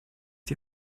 die